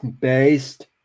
based